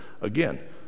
again